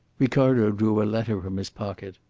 ricardo drew a letter from his pocket.